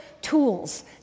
tools